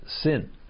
sin